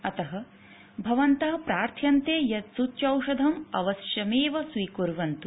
अतः भवन्तः प्रार्थ्यन्ते यत् सूच्यौषधम् अवश्यमेव स्वीकुर्वन्तु